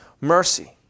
mercy